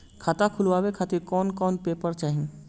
खाता खुलवाए खातिर कौन कौन पेपर चाहीं?